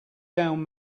down